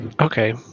okay